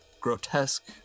grotesque